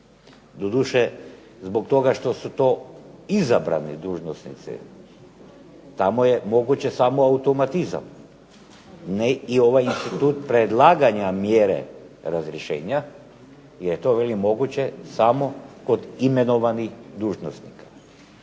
Doduše zbog toga što su to izabrani dužnosnici, tamo je moguće samo automatizam, ne i ovaj institut predlaganja mjere razrješenja, jer je to velim moguće samo kod imenovanih dužnosnika.